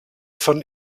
vom